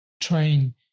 train